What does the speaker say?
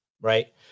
Right